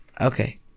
Okay